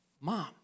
mom